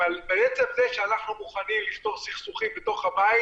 אבל בעצם זה שאנחנו מוכנים לפתור סכסוכים בתוך הבית